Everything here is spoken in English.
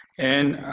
and